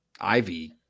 Ivy